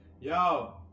Yo